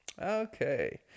Okay